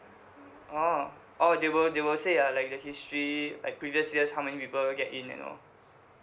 orh they will they will say like the history like previous years how many people get in you know